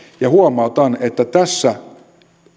ja huomautan että tässä